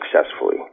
successfully